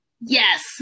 Yes